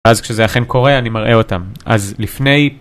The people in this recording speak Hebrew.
אז כשזה אכן קורה אני מראה אותם. אז לפני...